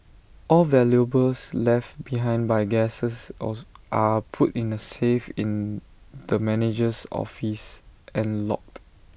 all valuables left behind by guests also are put in A safe in the manager's office and logged